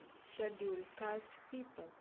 scheduled caste people